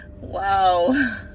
Wow